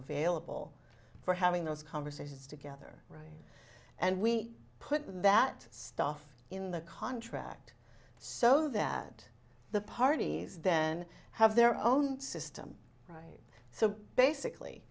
available for having those conversations together and we put that stuff in the contract so that the parties then have their own system right so basically